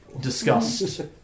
discussed